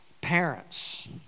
Parents